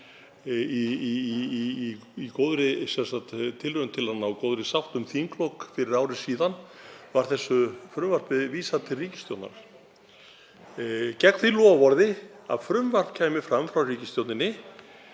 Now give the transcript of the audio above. tilraun til að ná góðri sátt um þinglok fyrir ári síðan var þessu frumvarpi vísað til ríkisstjórnar gegn því loforði að frumvarp kæmi fram frá ríkisstjórninni